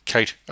Kate